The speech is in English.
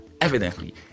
evidently